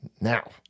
Now